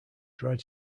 dried